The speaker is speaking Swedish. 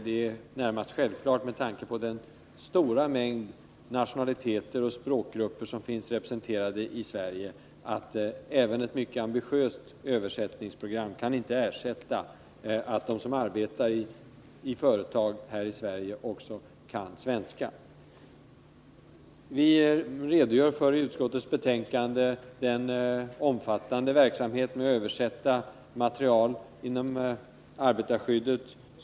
Det är närmast självklart, med tanke på den stora mängd nationaliteter och språkgrupper som finns representerade i Sverige, att även ett mycket ambitiöst översättningsprogram inte kan ersätta att de som arbetar här i Sverige också kan svenska. Vi redogör i utskottets betänkande för den omfattande verksamheten med översättning av material inom arbetarskyddet.